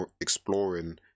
exploring